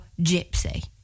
gypsy